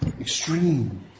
extreme